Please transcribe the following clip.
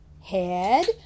head